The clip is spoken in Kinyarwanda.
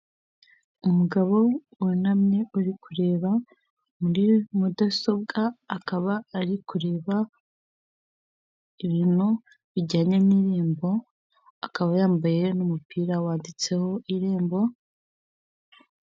Umugabo yunamye uri kureba muri mudasobwa, akaba ari kureba ibintu bijyanye n'Irembo. Akaba yambaye n'umupira wanditseho Irembo.